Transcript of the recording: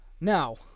now